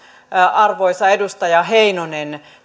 arvoisa edustaja heinonen